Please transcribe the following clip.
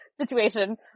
situation